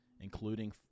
including